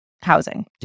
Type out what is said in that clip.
housing